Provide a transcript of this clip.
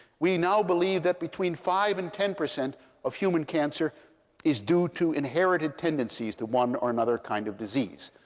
we now believe that between five percent and ten percent of human cancer is due to inherited tendencies to one or another kind of disease.